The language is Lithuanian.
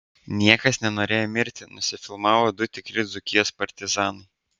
niekas nenorėjo mirti nusifilmavo du tikri dzūkijos partizanai